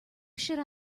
should